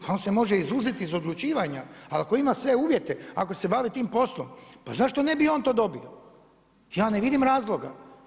Pa on se može izuzeti iz odlučivanja, ali ako ima sve uvjete, ako se bavi tim poslom pa zašto ne bi on to dobio, ja ne vidim razloga.